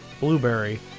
blueberry